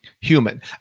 human